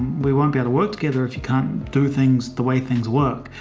we want better work together if you can't do things the way things work.